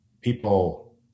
people